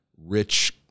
rich